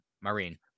Marine